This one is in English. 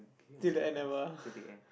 till the end never ah